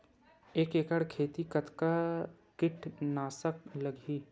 एक एकड़ खेती कतका किट नाशक लगही?